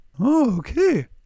Okay